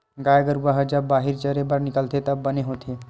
गाय गरूवा ह जब बाहिर चरे बर निकलथे त बने होथे